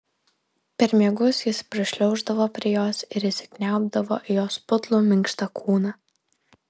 per miegus jis prišliauždavo prie jos ir įsikniaubdavo į jos putlų minkštą kūną